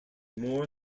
more